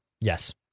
Yes